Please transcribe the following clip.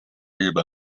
日本